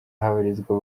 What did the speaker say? habarizwa